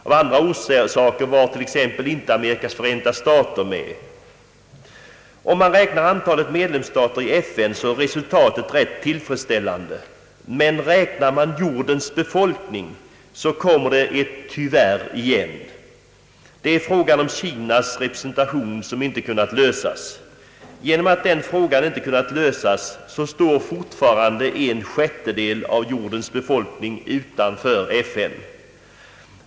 Av andra orsaker var t.ex. Amerikas förenta stater inte med. Om man räknar antalet medlemsstater i FN är resultatet rätt tillfredsställande, men räknar man jordens befolkning, kommer ett tyvärr igen. Frågan om Kinas representation har inte kunnat lösas, och därför står fortfarande en sjättedel av jordens befolkning utanför FN.